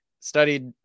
studied